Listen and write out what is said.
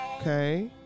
Okay